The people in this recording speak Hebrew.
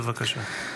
בבקשה.